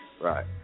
Right